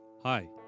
hi